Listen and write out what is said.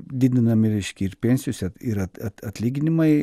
didinami reiškia ir pensijos ir at at atlyginimai